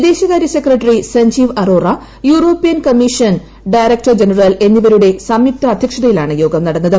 വിദേശകാര്യ secretary Sanjeev Arora European commission director general എന്നിവരുടെ സംയുക്ത അധ്യക്ഷതയിലാണ് യോഗം നടന്നത്